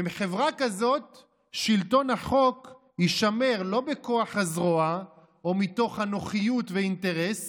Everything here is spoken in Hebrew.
בחברה כזאת שלטון החוק יישמר לא בכוח הזרוע או מתוך הנוחיות ואינטרס